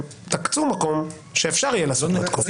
תקצו מקום שאפשר יהיה לעשות מטקות.